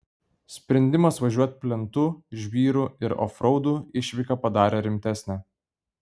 sprendimas važiuot plentu žvyru ir ofraudu išvyką padarė rimtesnę